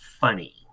funny